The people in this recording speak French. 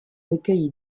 recueil